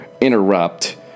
interrupt